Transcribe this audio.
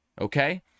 okay